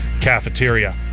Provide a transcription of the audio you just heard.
cafeteria